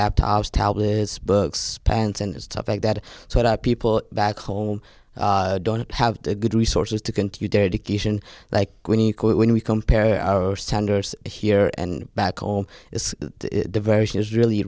laptops tablets books pants and stuff like that so our people back home don't have good resources to continue their education like when you quit when we compare our sander's here and back home it's diversion is really